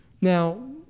Now